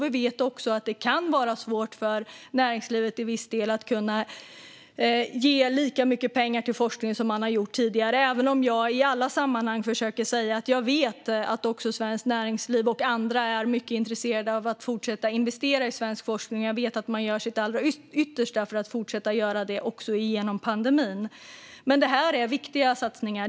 Vi vet också att det till viss del kan vara svårt för näringslivet att kunna ge lika mycket pengar till forskningen som man har gjort tidigare, även om jag i alla sammanhang försöker att säga att jag vet att också det svenska näringslivet och andra är mycket intresserade av att fortsätta att investera i svensk forskning. Jag vet att man gör sitt allra yttersta för att fortsätta att göra det också igenom pandemin. Det här är viktiga satsningar.